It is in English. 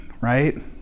right